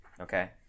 Okay